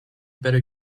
better